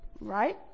right